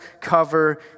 cover